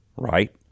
Right